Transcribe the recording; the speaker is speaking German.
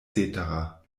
cetera